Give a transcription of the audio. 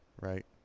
right